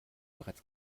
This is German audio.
bereits